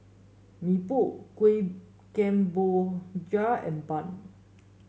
Mee Pok Kuih Kemboja and bun